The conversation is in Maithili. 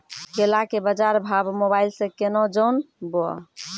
केला के बाजार भाव मोबाइल से के ना जान ब?